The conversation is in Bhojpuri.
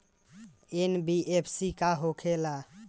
एन.बी.एफ.सी का होंखे ला?